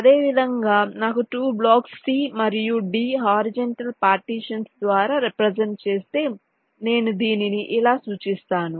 అదేవిధంగా నాకు 2 blocks C మరియు D హారిజంటల్ పార్టీషన్స్ ద్వారా రెప్రెసెంట్ చేస్తే నేను దీనిని ఇలా సూచిస్తాను